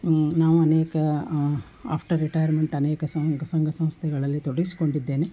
ನಾವು ಅನೇಕ after retirement ಅನೇಕ ಸಂಘ ಸಂಘ ಸಂಸ್ಥೆಗಳಲ್ಲಿ ತೊಡಗಿಸ್ಕೊಂಡಿದ್ದೇನೆ